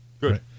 Good